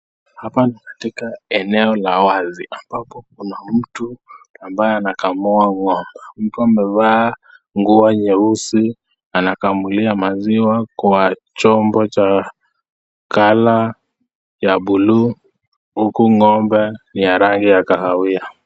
Hapa ni katika eneo la wazi. Hapa kuna mtu ambaye anakamua ngombe. Mtu amevaa nguo nyeusi anakamulia maziwa kwa chombo cha colour ya blue huku ngombe ni ya rangi ya kahawia